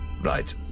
Right